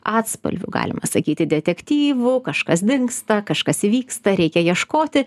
atspalviu galima sakyti detektyvu kažkas dingsta kažkas įvyksta reikia ieškoti